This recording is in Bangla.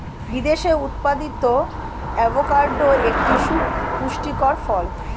বিদেশে উৎপাদিত অ্যাভোকাডো একটি সুপুষ্টিকর ফল